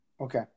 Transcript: Okay